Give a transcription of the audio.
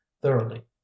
thoroughly